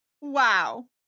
Wow